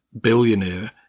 billionaire